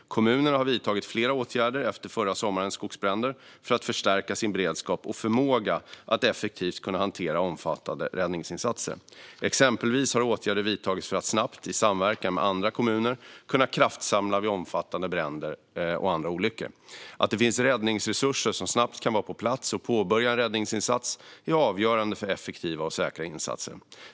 Kommunerna har vidtagit flera åtgärder efter förra sommarens skogsbränder för att förstärka sin beredskap och förmåga att effektivt hantera omfattande räddningsinsatser. Exempelvis har åtgärder vidtagits för att snabbt, i samverkan med andra kommuner, kunna kraftsamla vid omfattande bränder och andra olyckor. Att det finns räddningsresurser som snabbt kan vara på plats och påbörja en räddningsinsats är avgörande för effektiva och säkra insatser.